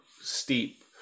steep